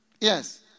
Yes